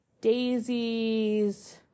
daisies